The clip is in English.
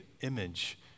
image